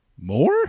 more